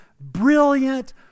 brilliant